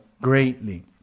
greatly